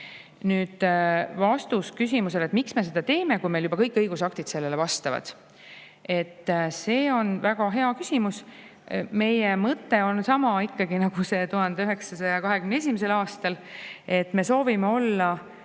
Nüüd vastus küsimusele, miks me seda teeme, kui meil juba kõik õigusaktid sellele vastavad. See on väga hea küsimus. Meie mõte on sama, nagu see oli 1921. aastal, et me soovime olla